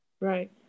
Right